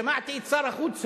ושמעתי את שר החוץ היום,